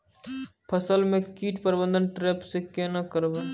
फसल म कीट प्रबंधन ट्रेप से केना करबै?